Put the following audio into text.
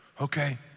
Okay